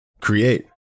create